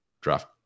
draft